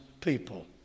people